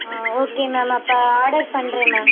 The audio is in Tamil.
ஆ ஓகே மேம் அப்போ ஆடர் பண்ணுறேன் மேம்